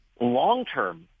long-term